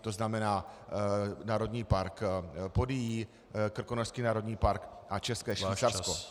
To znamená Národní park Podyjí, Krkonošský národní park a České Švýcarsko.